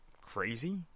crazy